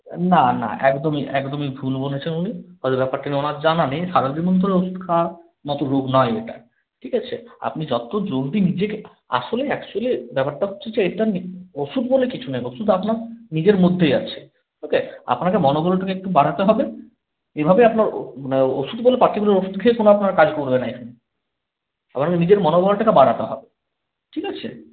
না না একদমই একদমই ভুল বলেছেন উনি হয়তো ব্যাপারটা ঠিক ওনার জানা নেই সারাজীবন ধরে ওষুধ খাওয়ার মতো রোগ নয় এটা ঠিক আছে আপনি যত জলদি নিজেকে আসলে অ্যাকচুয়ালি ব্যাপারটা হচ্ছে যে এটার ওষুধ বলে কিছু নেই ওষুধ আপনার নিজের মধ্যেই আছে ওকে আপনাকে মনোবলটাকে একটু বাড়াতে হবে এভাবে আপনার মানে ওষুধ বলে পার্টিকুলার ওষুধ খেয়ে কোনো আপনার কাজ করবে না এখানে আপনার নিজের মনোবলটাকে বাড়াতে হবে ঠিক আছে